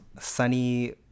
Sunny